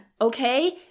okay